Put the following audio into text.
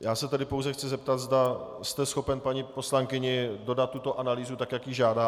Já se tedy chci pouze zeptat, zda jste schopen paní poslankyni dodat tuto analýzu, tak jak ji žádá.